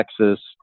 Texas